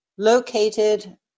located